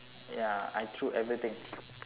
ya I threw everything